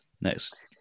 next